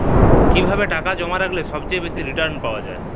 কিভাবে টাকা জমা রাখলে সবচেয়ে বেশি রির্টান পাওয়া য়ায়?